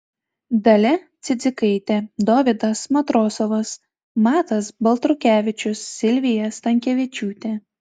dalia cidzikaitė dovydas matrosovas matas baltrukevičius silvija stankevičiūtė